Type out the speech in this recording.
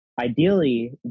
ideally